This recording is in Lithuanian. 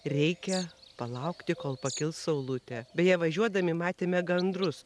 reikia palaukti kol pakils saulutė beje važiuodami matėme gandrus